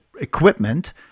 equipment